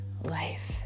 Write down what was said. Life